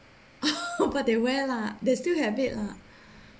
but they wear lah they still have it lah